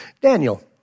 Daniel